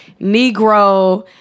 Negro